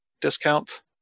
discount